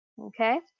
Okay